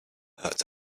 hurts